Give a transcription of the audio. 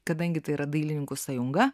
kadangi tai yra dailininkų sąjunga